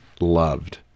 loved